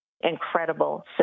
incredible